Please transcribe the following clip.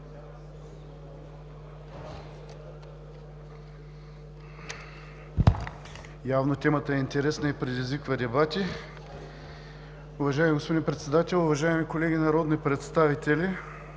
Явно темата е интересна и предизвиква дебати. Уважаеми господин Председател, уважаеми колеги народни представители!